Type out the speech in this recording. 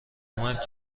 اومد